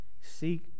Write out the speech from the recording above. Seek